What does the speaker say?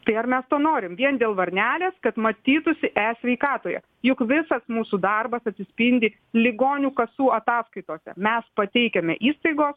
tai ar mes to norim vien dėl varnelės kad matytųsi esveikatoje juk visas mūsų darbas atsispindi ligonių kasų ataskaitose mes pateikiame įstaigos